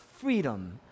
freedom